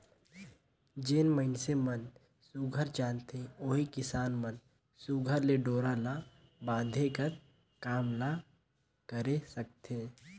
जेन मइनसे मन सुग्घर जानथे ओही किसान मन सुघर ले डोरा ल बांधे कर काम ल करे सकथे